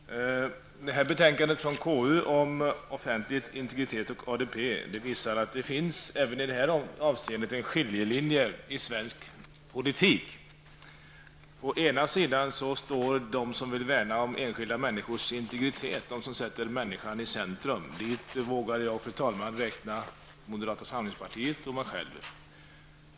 Fru talman! Det här betänkandet från KU om offentlighet, integritet och ADB visar att det även i det här avseendet finns en skiljelinje i svensk politik. Å ena sidan står de som vill värna om ensilda människors integritet, de som sätter människorna i centrum. Dit vågar jag, fru talman, räkna moderata samlingspartiet och mig själv.